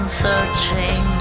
searching